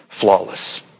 flawless